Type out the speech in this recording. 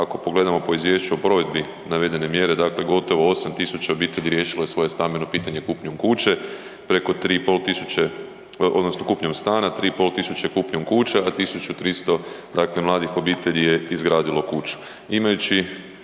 Ako pogledamo izvješće o provedbi navedene mjere gotovo 8000 obitelji riješilo je svoje stambeno pitanje kupnjom stana, preko 3.500 kupnjom kuća, a 1.300 mladih obitelji je izgradilo kuću.